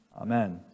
Amen